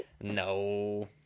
no